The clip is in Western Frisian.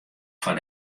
foar